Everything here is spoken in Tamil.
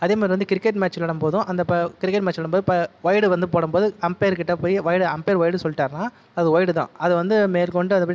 அதேமாதிரி வந்து கிரிக்கெட் மேட்ச் விளையாடும் போதும் அந்த இப்போ கிரிக்கெட் மேட்ச் விளையாடும் போது இப்போ வொய்டு வந்து போடும் போது அம்பையர் கிட்டே போய் வொய்டு அம்பையர் வொய்டு சொல்லிட்டாருன்னா அது வொய்டு தான் அதை வந்து மேற்கொண்டு அதை